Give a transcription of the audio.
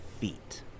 feet